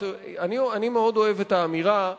אני מאוד אוהב את האמירה,